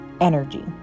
energy